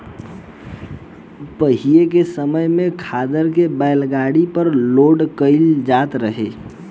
पाहिले के समय में खादर के बैलगाड़ी पर लोड कईल जात रहे